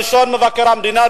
כלשון מבקר המדינה,